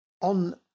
on